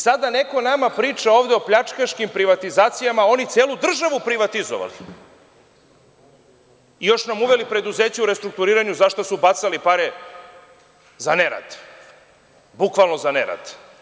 Sada neko nama priča ovde o pljačkaškim privatizacijama, a oni celu državu privatizovali, još nam uveli preduzeće u restrukturiranju, za šta su bacali pare, za nerad, bukvalno za nerad.